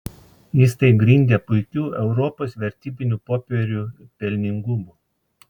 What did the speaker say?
jis tai grindė puikiu europos vertybinių popierių pelningumu